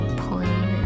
plain